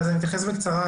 אני אתייחס בקצרה,